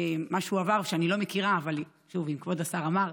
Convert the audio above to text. מה שהועבר אני לא מכירה, אבל אם כבוד השר אמר,